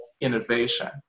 innovation